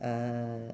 uh